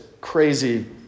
crazy